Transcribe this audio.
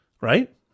Right